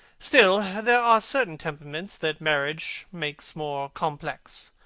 still, there are certain temperaments that marriage makes more complex.